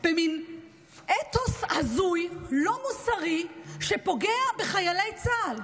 במין אתוס הזוי, לא מוסרי, שפוגע בחיילי צה"ל.